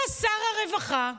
אתה שר הרווחה,